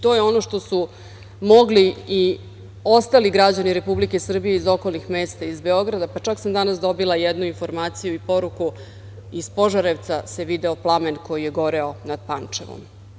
To je ono što su mogli i ostali građani Republike Srbije iz okolnih mesta iz Beograda, pa čak sam danas dobila jednu informaciju i poruku, iz Požarevca se video plamen koji je goreo nad Pančevom.